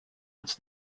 its